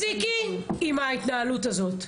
תפסיקי עם ההתנהלות הזאת.